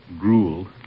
Gruel